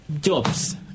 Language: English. jobs